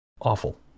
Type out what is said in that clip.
Awful